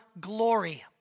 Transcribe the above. glory